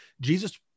Jesus